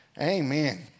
Amen